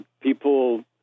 People